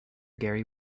gary